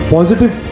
Positive